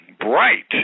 bright